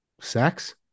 sex